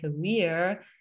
career